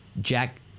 Jack